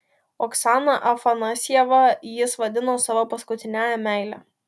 oksaną afanasjevą jis vadino savo paskutiniąja meile